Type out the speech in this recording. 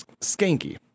skanky